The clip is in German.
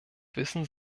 wissen